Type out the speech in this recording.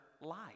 light